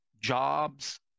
jobs